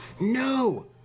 No